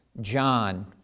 John